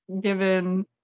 given